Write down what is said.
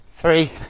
Three